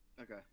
Okay